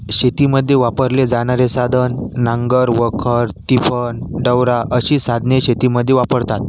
शेतीमधे वापरले जाणारे साधन नांगर वखर तिफन डवरा अशी साधने शेतीमधे वापरतात